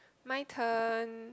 my turn